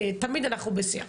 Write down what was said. תמיד אנחנו בשיח.